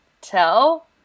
tell